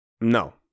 No